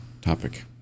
topic